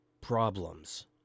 problems